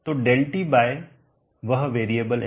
तो ΔT by वह variable X